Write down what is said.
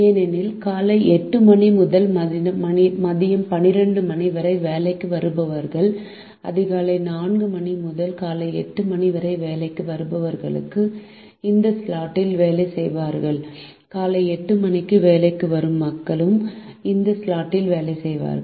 ஏனெனில் காலை 8 மணி முதல் மதியம் 12 மணி வரை வேலைக்கு வருபவர்கள் அதிகாலை 4 மணி முதல் காலை 8 மணி வரை வேலைக்கு வருபவர்களும் இந்த ஸ்லாட்டி ல் வேலை செய்வார்கள் காலை 8 மணிக்கு வேலைக்கு வரும் மக்களும் இந்த ஸ்லாட்டில் வேலை செய்கிறார்கள்